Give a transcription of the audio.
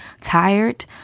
tired